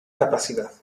capacidad